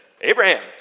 Abraham